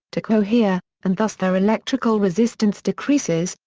to cohere, and thus their electrical resistance decreases,